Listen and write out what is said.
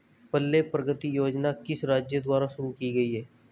पल्ले प्रगति योजना किस राज्य द्वारा शुरू की गई है?